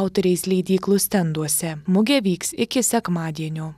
autoriais leidyklų stenduose mugė vyks iki sekmadienio